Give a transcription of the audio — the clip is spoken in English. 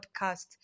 podcast